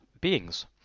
beings